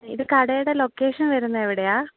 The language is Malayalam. ഇത് കടയുടെ ലൊക്കേഷൻ വരുന്നത് എവിടെയാണ്